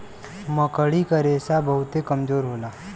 मकड़ी क रेशा बहुते कमजोर होला